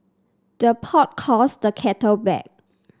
the pot calls the kettle black